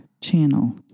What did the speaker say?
channel